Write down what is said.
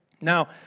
Now